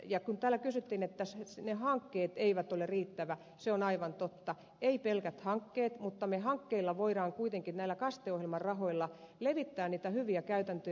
kun täällä väitettiin että ne hankkeet eivät ole riittäviä se on aivan totta eivät pelkät hankkeet mutta hankkeiden avulla me voimme kuitenkin näillä kaste ohjelman rahoilla levittää niitä hyviä käytäntöjä